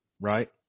right